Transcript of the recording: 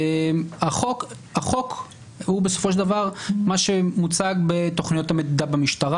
החוק הוא בסופו של דבר מה שמוצע בתוכניות במשטרה.